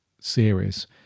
series